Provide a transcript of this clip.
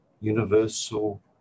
universal